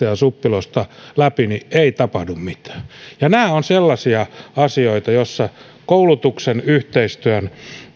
ja suppilosta läpi niin ei tapahdu mitään ja nämä ovat sellaisia asioita joissa koulutuksen yhteistyön